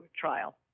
trial